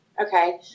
okay